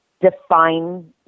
define